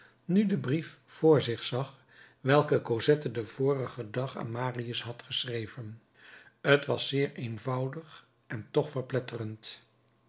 nu den brief voor zich zag welken cosette den vorigen dag aan marius had geschreven t was zeer eenvoudig en toch verpletterend